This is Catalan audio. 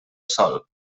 sol